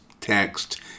text